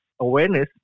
awareness